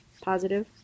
positive